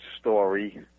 story